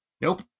Nope